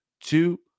two